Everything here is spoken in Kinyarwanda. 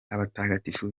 abatagatifu